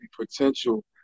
potential